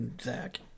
Zach